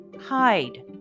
hide